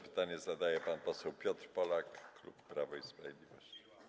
Pytanie zadaje pan poseł Piotr Polak, klub Prawo i Sprawiedliwość.